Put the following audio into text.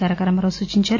తారక రామారావు సూచించారు